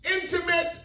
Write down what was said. intimate